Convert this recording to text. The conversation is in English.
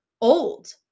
old